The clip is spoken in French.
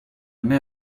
mets